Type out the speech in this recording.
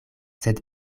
sed